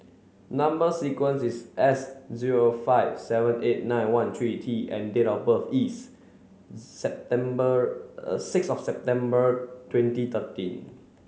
number sequence is S zero five seven eight nine one three T and date of birth is September six of September twenty thirteen